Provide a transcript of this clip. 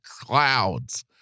clouds